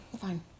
fine